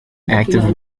active